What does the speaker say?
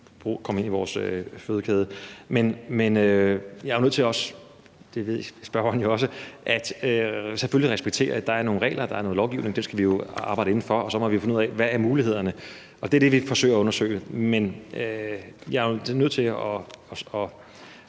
komme ind i vores fødekæde. Men jeg er jo nødt til – det ved spørgeren jo også – selvfølgelig at respektere, at der er nogle regler og noget lovgivning, som vi skal arbejde inden for, og så må vi finde ud af, hvad mulighederne er. Og det er det, vi forsøger at undersøge. Men jeg er jo nødt til at